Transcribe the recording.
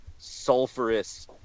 sulfurous